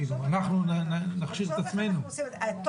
אתה לא יכול --- מי